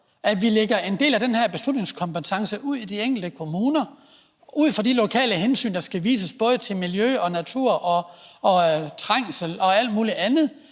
at vi lægger en del af den her beslutningskompetence ud i de enkelte kommuner, så de ud fra de lokale hensyn, der skal vises både til miljø og natur og trængsel og alt muligt andet,